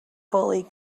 fully